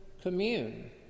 commune